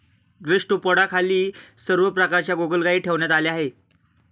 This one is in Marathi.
गॅस्ट्रोपोडाखाली सर्व प्रकारच्या गोगलगायी ठेवण्यात आल्या आहेत